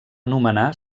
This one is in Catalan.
nomenar